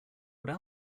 what